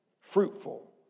fruitful